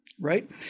right